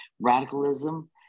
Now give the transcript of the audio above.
radicalism